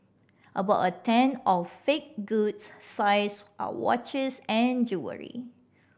about a tenth of fake goods are watches and jewellery